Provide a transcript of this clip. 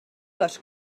les